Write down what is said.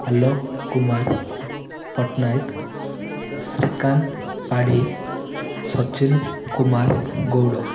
Alok Kumar Pattnaik Srikanta Padhi Sachin Kumar Gaud